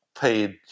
paid